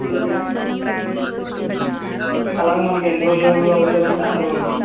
సరే అండి సరే అలాగ మనకి ఎన్ని రోజులు అవుతుంది అంటే అన్ని రోజులకి